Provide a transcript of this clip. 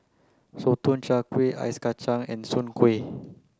Sotong Char Kway Ice Kacang and Soon Kway